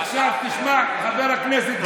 עכשיו תשמע, חבר הכנסת גפני.